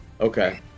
Okay